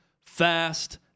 fast